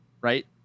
Right